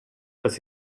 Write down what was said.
was